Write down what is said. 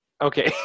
Okay